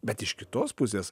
bet iš kitos pusės